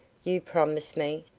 you promise me?